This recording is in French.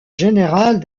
général